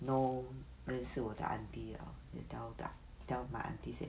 know 认识我的 aunty liao then tell the tell my aunty say